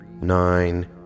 nine